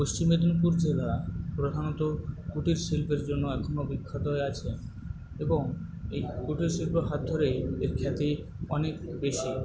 পশ্চিম মেদিনীপুর জেলা প্রধানত কুটির শিল্পের জন্য এখনো বিখ্যাত হয়ে আছে এবং এই কুটির শিল্পর হাত ধরেই এর খ্যাতি অনেক বেশি